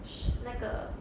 sh~ 那个